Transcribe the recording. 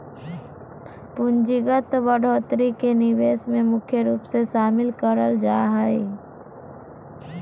पूंजीगत बढ़ोत्तरी के निवेश मे मुख्य रूप से शामिल करल जा हय